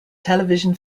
television